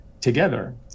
together